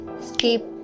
skip